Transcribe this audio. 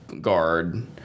guard